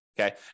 Okay